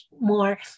more